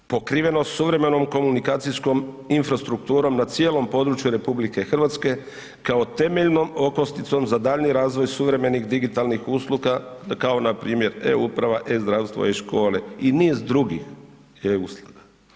Pokrivenost suvremenom komunikacijskom infrastrukturom na cijelom području RH kao temeljnom okosnicom za daljnji razvoj suvremenih digitalnih usluga kao npr. E-uprava, E-zdravstvo, E-škole i niz drugih e-usluga.